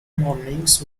mornings